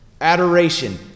adoration